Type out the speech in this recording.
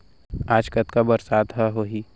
आज कतका बरसात ह होही?